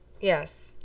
Yes